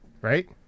right